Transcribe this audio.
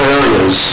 areas